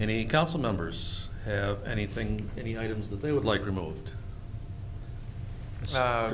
any council members have anything any items that they would like remo